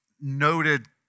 Noted